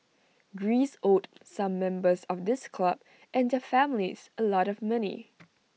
Greece owed some members of this club and their families A lot of money